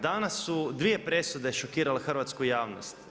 Danas su dvije presude šokirale hrvatsku javnost.